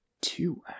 Two